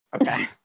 Okay